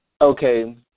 Okay